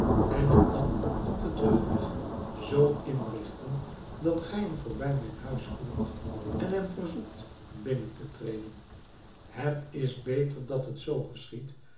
en het dan op den terugweg zoo inrichten dat gij hem voorbij mijn huis voert en hem verzoekt binnen te treden het is beter dat het zoo geschiedt